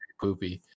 poopy